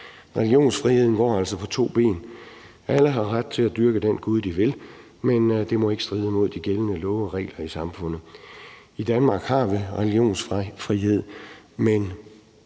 Religionsfriheden går altså på to ben: Alle har ret til at dyrke den gud, de vil, men det må ikke stride mod de gældende love og regler i samfundet. I Danmark har vi religionsfrihed, men